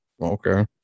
Okay